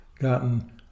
gotten